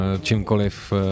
čímkoliv